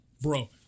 Bro